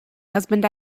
husband